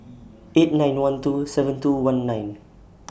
eight nine one two seven two one nine